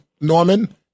Norman